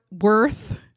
worth